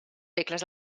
regles